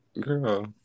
Girl